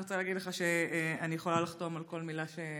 אני רוצה להגיד לך שאני יכולה לחתום על כל מילה שאמרת.